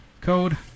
code